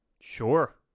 Sure